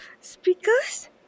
speakers